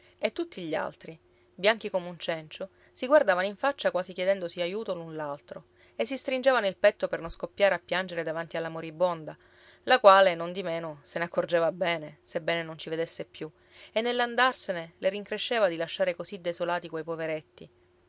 e tutti gli altri bianchi come un cencio si guardavano in faccia quasi chiedendosi aiuto l'un l'altro e si stringevano il petto per non scoppiare a piangere davanti alla moribonda la quale nondimeno se ne accorgeva bene sebbene non ci vedesse più e nell'andarsene le rincresceva di lasciare così desolati quei poveretti